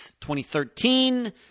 2013